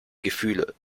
gefühle